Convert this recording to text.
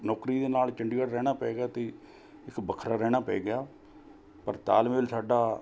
ਨੌਕਰੀ ਦੇ ਨਾਲ਼ ਚੰਡੀਗੜ੍ਹ ਰਹਿਣਾ ਪੈ ਗਿਆ ਅਤੇ ਇੱਕ ਵੱਖਰਾ ਰਹਿਣਾ ਪੈ ਗਿਆ ਪਰ ਤਾਲਮੇਲ ਸਾਡਾ